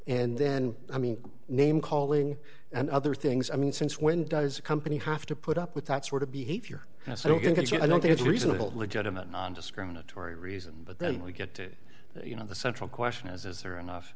and then i mean name calling and other things i mean since when does a company have to put up with that sort of behavior and so get your i don't think it's reasonable legitimate nondiscriminatory reason but then we get to you know the central question is is there enough